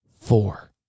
Four